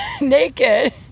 naked